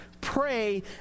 pray